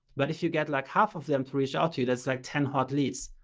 but if you get like half of them to reach out to you, that's like ten hot leads.